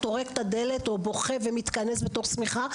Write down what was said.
טורק את הדלת או בוכה ומתכנס בתוך שמיכה.